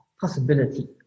possibility